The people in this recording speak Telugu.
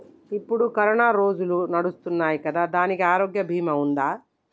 ఇప్పుడు కరోనా రోజులు నడుస్తున్నాయి కదా, దానికి ఆరోగ్య బీమా ఉందా?